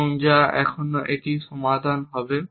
এবং যা এখনও একটি সমাধান হবে